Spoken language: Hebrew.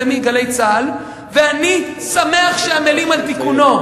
זה מ"גלי צה"ל" ואני שמח שעמלים על תיקונו.